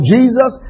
Jesus